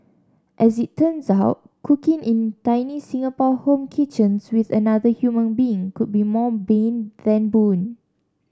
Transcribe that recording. as it turns out cooking in tiny Singapore home kitchens with another human being could be more bane than boon